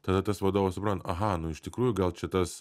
tada tas vadovas supranta aha nu iš tikrųjų gal čia tas